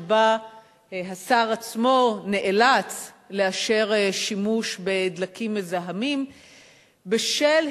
שבה השר עצמו נאלץ לאשר שימוש בדלקים מזהמים בשל